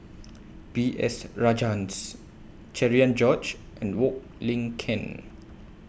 B S Rajhans Cherian George and Wong Lin Ken